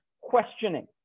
questioning